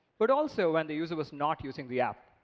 but also when the user was not using the app.